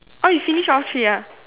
oh you finished all three ah